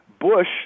Bush